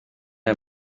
aya